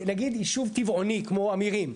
נגיד ישוב טבעוני כמו אמירים.